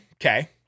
okay